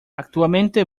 actualmente